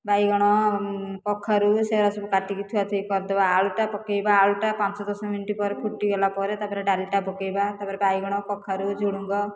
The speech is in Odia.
ବାଇଗଣ କଖାରୁ ସେଗୁଡ଼ା ସବୁ କାଟିକି ଥୁଆ ଥୁଇ କରିଦେବା ଆଳୁଟା ପକାଇବା ଆଲୁଟା ପାଞ୍ଚ ଦଶ ମିନିଟ ପରେ ଫୁଟି ଗଲା ପରେ ତାପରେ ଡାଲିଟା ପକାଇବା ତାପରେ ବାଇଗଣ କଖାରୁ ଝୁଡ଼ୁଙ୍ଗ